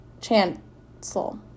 chancel